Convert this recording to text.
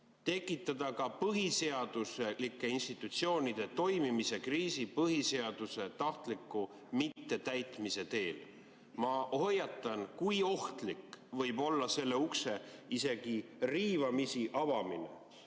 tekitada ka põhiseaduslike institutsioonide toimimise kriisi põhiseaduse tahtliku mittetäitmise teel? Ma hoiatan, kui ohtlik võib olla selle ukse isegi riivamisi